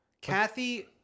Kathy